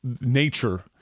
nature